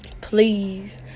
Please